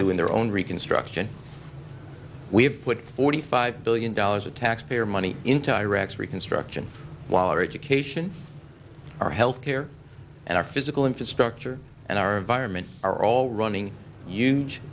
do in their own reconstruction we've put forty five billion dollars of taxpayer money into iraq's reconstruction while our education our health care and our physical infrastructure and our environment are all running huge